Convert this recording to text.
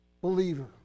Believer